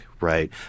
right